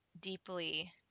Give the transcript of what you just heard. deeply